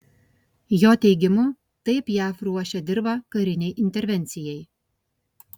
jo teigimu taip jav ruošia dirvą karinei intervencijai